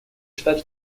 считать